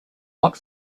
not